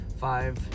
five